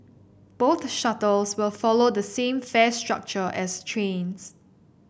both shuttles will follow the same fare structure as trains